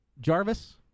Jarvis